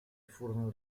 furono